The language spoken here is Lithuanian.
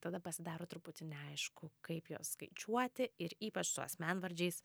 tada pasidaro truputį neaišku kaip juos skaičiuoti ir ypač su asmenvardžiais